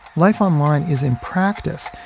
life online is in practice,